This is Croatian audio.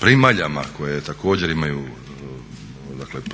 primaljama koje također imaju